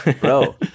Bro